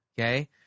Okay